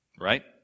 right